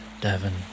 Devon